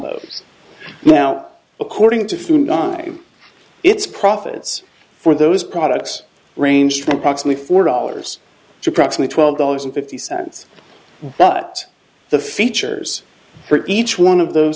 combos now according to food on its profits for those products range from approximately four dollars to proxima twelve dollars and fifty cents but the features for each one of those